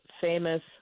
famous